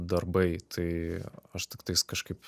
darbai tai aš tiktais kažkaip